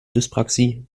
dyspraxie